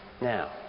Now